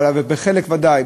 בחלק ודאי,